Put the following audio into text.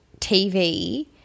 TV